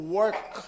work